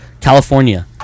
California